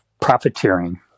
profiteering